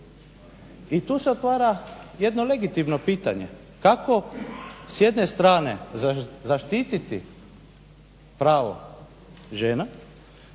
I tu se otvara jedno legitimno pitanje kako s jedne strane zaštititi pravo žena,